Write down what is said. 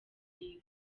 league